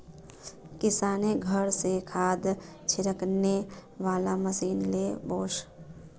किशनेर घर स खाद छिड़कने वाला मशीन ने वोस